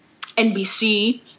NBC